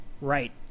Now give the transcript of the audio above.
right